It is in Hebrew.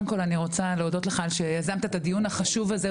אני רוצה קודם להודות לך על שיזמת את הדיון החשוב הזה,